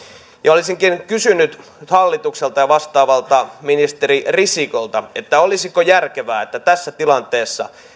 olisinkin kysynyt nyt hallitukselta ja vastaavalta ministeri risikolta olisiko järkevää että tässä tilanteessa